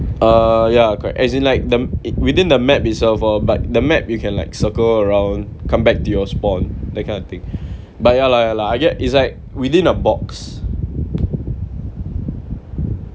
uh ya correct as in like the it within the map itself lor but the map you can like circle around come back to your spawn that kind of thing but ya lah ya lah I get is like within a box